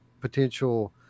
potential